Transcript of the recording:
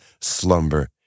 slumber